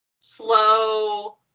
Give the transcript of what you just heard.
slow